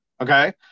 Okay